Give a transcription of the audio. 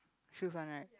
shoes one right